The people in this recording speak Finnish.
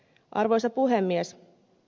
arvoisa puhemies